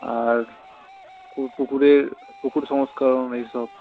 আর পুকুরের পুকুর সংস্কার এই সব